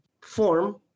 form